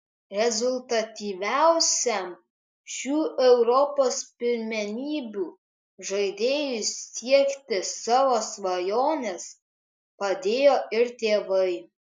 rezultatyviausiam šių europos pirmenybių žaidėjui siekti savo svajonės padėjo ir tėvai